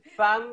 פעם,